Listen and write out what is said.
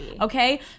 Okay